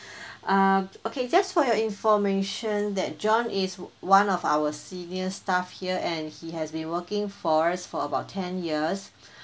uh okay just for your information that john is one of our senior staff here and he has been working for us for about ten years